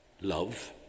love